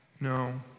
No